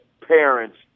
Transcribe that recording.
parents